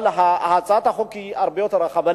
אבל הצעת החוק היא הרבה יותר רחבה.